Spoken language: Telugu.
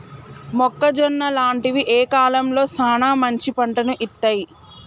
మొక్కజొన్న లాంటివి ఏ కాలంలో సానా మంచి పంటను ఇత్తయ్?